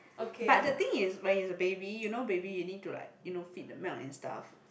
but the thing is when is a baby you know baby you need to like you know feed the milk and stuff